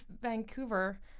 Vancouver